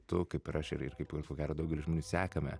tu kaip ir aš ir ir kaip ir ko gero daugelis žmonių sekame